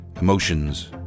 emotions